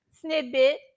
snippet